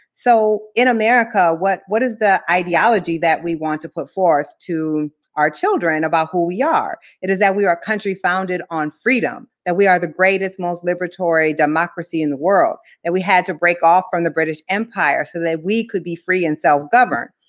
so, in america, what what is the ideology that we want to put forth to our children about who we are? it is that we are a country founded on freedom, that we are the greatest, most liberatory democracy in the world, that we had to break off from the british empire so that we could be free and self-govern.